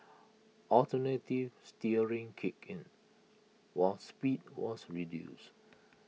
alternative steering kicked in was speed was reduced